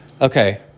okay